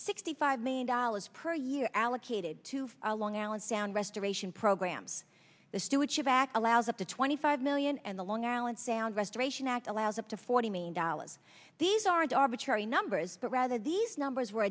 sixty five million dollars per year allocated to a long island sound restoration programs the stewardship act allows up to twenty five million and long island sound restoration act allows up to forty million dollars these aren't arbitrary numbers but rather these numbers were